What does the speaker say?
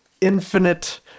infinite